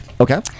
okay